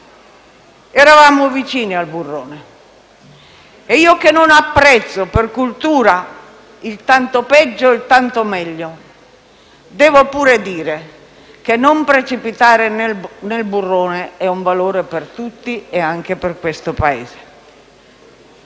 Eravamo vicini al burrone e io, che non apprezzo per cultura il «Tanto peggio tanto meglio», devo anche dire che non precipitare nel burrone è un valore per tutti e anche per questo Paese.